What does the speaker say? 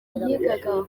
yigaga